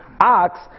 ox